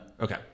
Okay